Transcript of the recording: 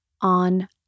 on